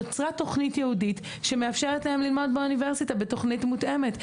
נוצרה תוכנית ייעודית שמאפשרת להם ללמוד באוניברסיטה בתוכנית מותאמת.